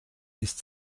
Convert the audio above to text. ist